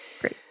great